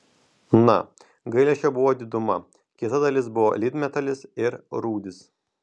na gailesčio buvo diduma kita dalis buvo lydmetalis ir rūdys